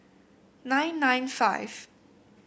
nine nine five